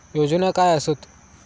योजना काय आसत?